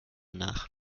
nach